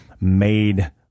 made